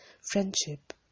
friendship